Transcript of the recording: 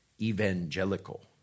evangelical